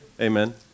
Amen